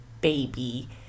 Baby